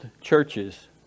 churches